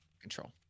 control